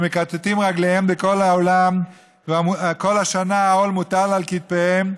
שמכתתים רגליהם בכל העולם וכל השנה העול מוטל על כתפיהם,